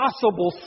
possible